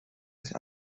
sich